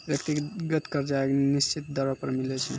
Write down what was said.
व्यक्तिगत कर्जा एक निसचीत दरों पर मिलै छै